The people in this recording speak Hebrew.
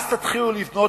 אז תתחילו לבנות